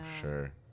sure